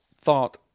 thought